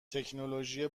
تکنولوژی